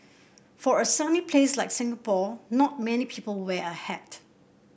for a sunny place like Singapore not many people wear a hat